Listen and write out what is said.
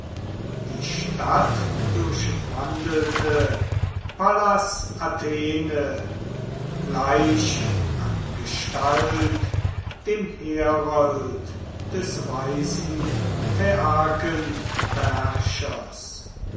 die stadt durchwandelte pallas athene gleich an gestalt dem herold des weisen phaiakenbeherrschers